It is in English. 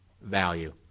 Value